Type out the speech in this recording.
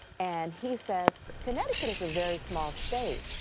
and he says connecticut is a very small state.